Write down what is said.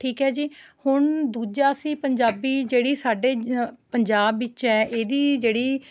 ਠੀਕ ਹੈ ਜੀ ਹੁਣ ਦੂਜਾ ਸੀ ਪੰਜਾਬੀ ਜਿਹੜੀ ਸਾਡੇ ਪੰਜਾਬ ਵਿੱਚ ਹੈ ਇਹਦੀ ਜਿਹੜੀ